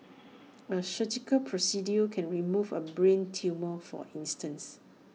A surgical procedure can remove A brain tumour for instance